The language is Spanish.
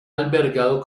albergado